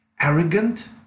arrogant